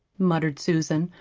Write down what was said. muttered susan,